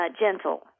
gentle